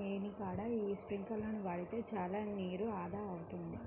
లేనికాడ యీ స్పింకర్లను వాడితే చానా నీరు ఆదా అవుద్ది